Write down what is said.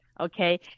Okay